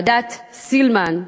ועדת סילמן,